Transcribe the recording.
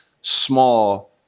small